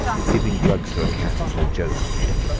but giving drugs to a cat is no joke, kemp!